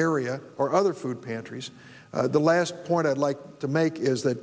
area or other food pantries the last point i'd like to make is that